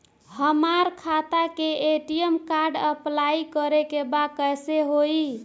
हमार खाता के ए.टी.एम कार्ड अप्लाई करे के बा कैसे होई?